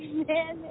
man